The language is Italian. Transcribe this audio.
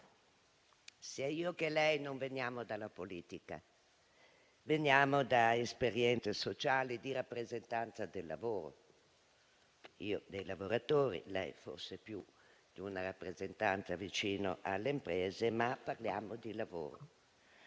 Sia io che lei veniamo non dalla politica, ma da esperienze sociali di rappresentanza del lavoro: io dei lavoratori, lei forse più da una rappresentanza vicino alle imprese, ma parliamo comunque di lavoro.